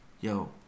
yo